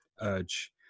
urge